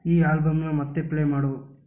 ಈ ಆಲ್ಬಮನ್ನ ಮತ್ತೆ ಪ್ಲೇ ಮಾಡು